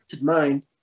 mind